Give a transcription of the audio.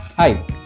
Hi